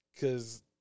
Cause